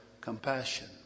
compassion